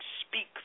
speak